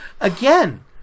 Again